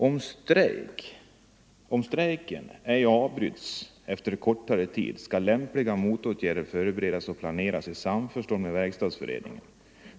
Om strejken ej avbryts efter kortare tid skall lämpliga motåtgärder förberedas och planeras i samförstånd med Verkstadsföreningen.